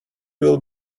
will